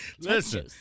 Listen